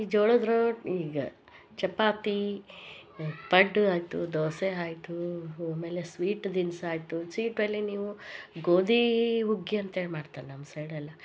ಈ ಜೋಳದ ರೊಟ್ಟಿ ಈಗ ಚಪಾತಿ ಪಡ್ಡು ಆಯಿತು ದೋಸೆ ಆಯಿತು ಅಮೇಲೆ ಸ್ವೀಟ್ ದಿನ್ಸ ಆಯ್ತು ಸಿ ಪೆಹ್ಲೆ ನೀವು ಗೋದಿ ಹುಗ್ಗಿ ಅಂತ ಹೇಳಿ ಮಾಡ್ತಾರೆ ನಮ್ಮ ಸೈಡೆಲ್ಲ